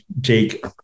Jake